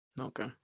Okay